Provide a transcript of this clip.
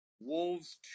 Wolves